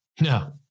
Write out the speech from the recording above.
No